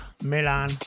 Milan